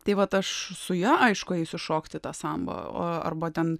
tai vat aš su ja aišku eisiu šokti tą sambą arba ten